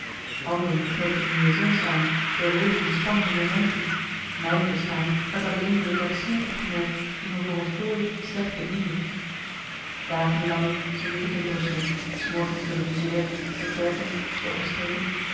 anderen knoopten liaison's aan doorleefden spannende momenten mijn bestaan werd alleen door de garçon opgemerkt die me voor een fooi slecht bediende dagen lang zwierf ik in brussel s morgens door de musea de kerken de omstreken